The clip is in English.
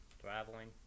Traveling